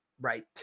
right